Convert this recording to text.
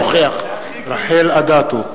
רחל אדטו,